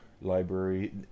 library